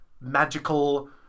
Magical